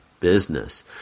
Business